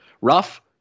rough